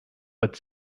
but